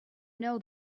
know